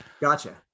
Gotcha